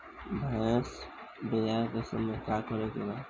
भैंस ब्यान के समय का करेके बा?